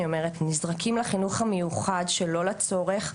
אומרת "נזרקים" לחינוך המיוחד שלא לצורך,